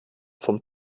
vom